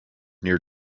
near